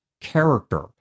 character